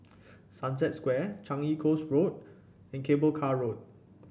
Sunset Square Changi Coast Road and Cable Car Road